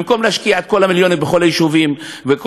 במקום להשקיע את כל המיליונים בכל היישובים וכל